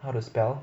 how to spell